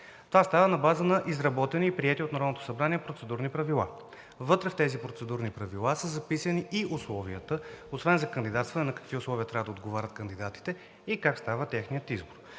Това става на база изработени и приети от Народното събрание процедурни правила. Вътре в тези процедурни правила са записани и условията освен за кандидатстване на какви условия трябва да отговарят кандидатите и как става техният избор.